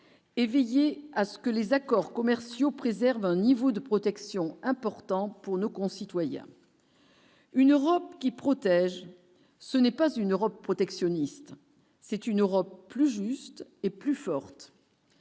et veiller à ce que les accords commerciaux préserve un niveau de protection important pour nos concitoyens, une Europe qui protège ce n'est pas une Europe protectionniste, c'est une Europe plus juste et plus forte.